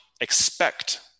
expect